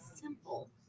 simple